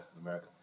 America